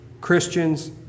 Christians